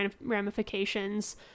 ramifications